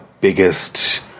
biggest